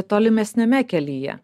tolimesniame kelyje